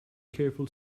careful